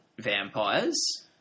vampires